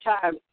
time